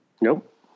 Nope